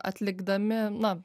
atlikdami na